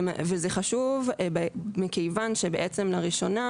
וזה חשוב מכיוון שבעצם לראשונה,